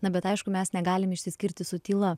na bet aišku mes negalim išsiskirti su tyla